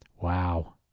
Wow